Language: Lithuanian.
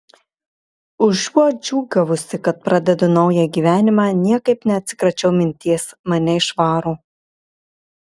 užuot džiūgavusi kad pradedu naują gyvenimą niekaip neatsikračiau minties mane išvaro